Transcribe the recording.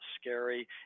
scary